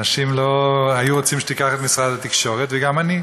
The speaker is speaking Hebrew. אנשים היו רוצים שתיקח את משרד התקשורת, וגם אני,